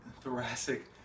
thoracic